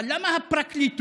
אבל למה הפרקליטות